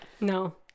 No